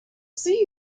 see